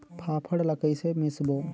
फाफण ला कइसे मिसबो?